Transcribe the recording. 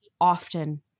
often